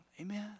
Amen